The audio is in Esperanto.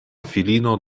filino